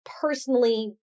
personally